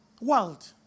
world